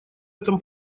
этом